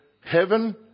heaven